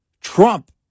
Trump